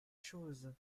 choses